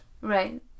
right